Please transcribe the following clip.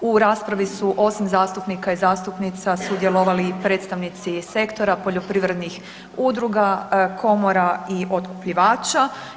U raspravi su osim zastupnika i zastupnica sudjelovali i predstavnici sektora poljoprivrednih udruga, komora i otkupljivača.